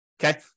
Okay